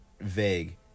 vague